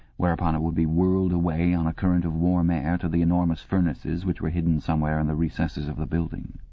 whereupon it would be whirled away on a current of warm air to the enormous furnaces which were hidden somewhere in the recesses of the building.